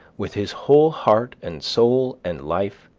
with his whole heart and soul and life,